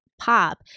pop